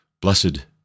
Blessed